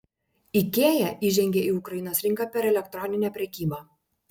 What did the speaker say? ikea įžengė į ukrainos rinką per elektroninę prekybą